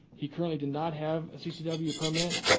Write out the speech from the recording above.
he currently did not have a ccw permit,